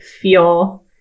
feel